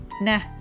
Nah